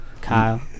Kyle